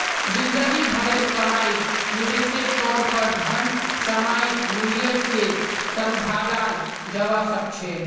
जिंदगी भरेर कमाईक निवेशेर तौर पर धन सामयिक मूल्य से सम्भालाल जवा सक छे